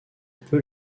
peu